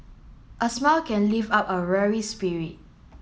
a smile can lift up a weary spirit